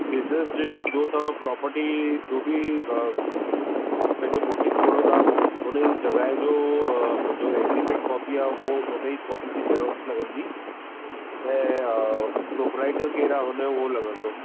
business जे जो तवां प्रोपर्टी जो बि पंहिंजो बुटिक खोलियो था हुन जी जॻहि जो एग्रीमैंट कॉपी आहे उहो हुन जी कॉपी जी जैरोक्स लॻंदी ऐं प्रोपराइटर केरु आहे हुन जो उहो लॻंदो